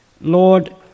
Lord